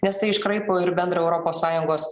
nes tai iškraipo ir bendrą europos sąjungos